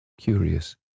curious